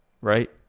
right